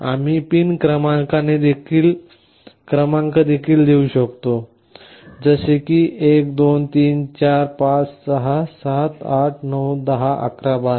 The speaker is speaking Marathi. आम्ही पिन क्रमांक देखील देऊ शकतो जसेकी 1 2 3 4 5 6 7 8 9 10 11 12